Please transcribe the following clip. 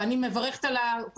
ואני מברכת על הקורונה,